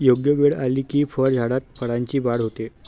योग्य वेळ आली की फळझाडात फळांची वाढ होते